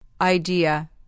Idea